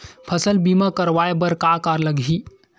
फसल बीमा करवाय बर का का लगही?